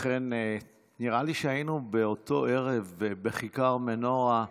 אכן נראה לי שהיינו באותו ערב בכיכר מנורה,